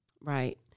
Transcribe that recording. Right